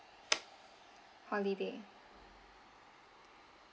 holiday